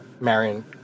Marion